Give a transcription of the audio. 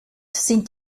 sind